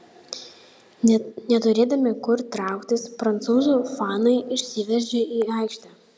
neturėdami kur trauktis prancūzų fanai išsiveržė į aikštę